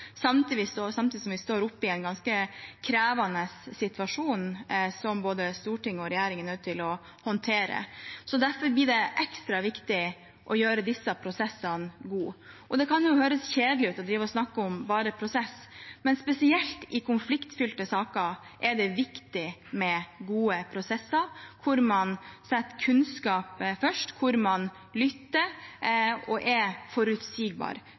samtidig som vi står oppe i en ganske krevende situasjon som både storting og regjering er nødt til å håndtere. Derfor er det ekstra viktig å gjøre disse prosessene gode. Det kan høres kjedelig ut bare å drive og snakke om prosess, men spesielt i konfliktfylte saker er det viktig med gode prosesser – der man setter kunnskap først, der man lytter og er forutsigbar.